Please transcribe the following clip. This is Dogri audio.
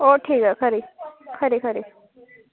ओह् ठीक ऐ खरी खरी खरी